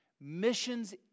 Missions